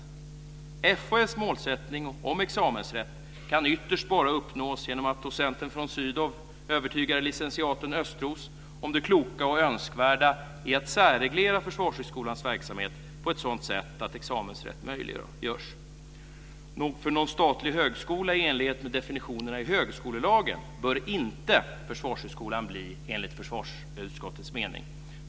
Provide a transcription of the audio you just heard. Försvarshögskolans målsättning om examensrätt kan ytterst bara uppnås genom att docenten von Sydow övertygar licentiaten Östros om det kloka och önskvärda i att särreglera Försvarshögskolans verksamhet på ett sådant sätt att examensrätt möjliggörs. Någon statlig högskola i enlighet med definitionerna i högskolelagen bör inte Försvarshögskolan bli enligt försvarsutskottets mening.